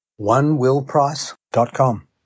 onewillprice.com